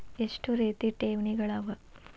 ಎಷ್ಟ ರೇತಿ ಠೇವಣಿಗಳ ಅವ?